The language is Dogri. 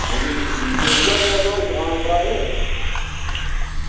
अंजी अंजी मुकेश जी अस थुआढ़ी दुकान उप्पर आए दे